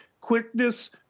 quickness